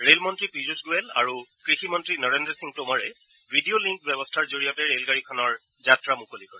rail মন্ত্ৰী পীয়ুষ গোৱেল আৰু কৃষিমন্ত্ৰী নৰেন্দ্ৰ সিং টোমৰে ভিডিঅ লিংক ব্যৱস্থাৰ জৰিয়তে ৰেলগাড়ীখনৰ যাত্ৰা মুকলি কৰে